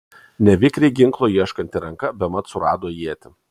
nevikriai ginklo ieškanti ranka bemat surado ietį